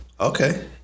Okay